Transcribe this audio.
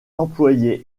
employait